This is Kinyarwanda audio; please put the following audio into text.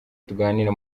tuganira